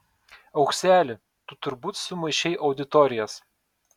aukseli tu turbūt sumaišei auditorijas